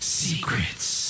secrets